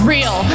Real